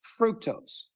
fructose